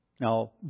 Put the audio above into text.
Now